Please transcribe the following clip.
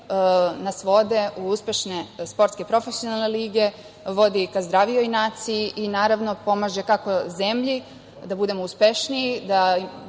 lige vode u uspešne sportske profesionalne lige, vodi ka zdravijoj naciji i, naravno, pomaže, kako zemlji, da budemo uspešniji,